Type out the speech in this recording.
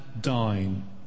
dine